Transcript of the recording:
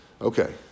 Okay